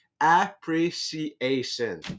appreciation